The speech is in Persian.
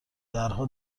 درها